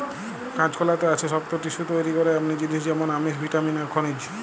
কাঁচকলাতে আছে শক্ত টিস্যু তইরি করে এমনি জিনিস যেমন আমিষ, ভিটামিন আর খনিজ